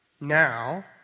now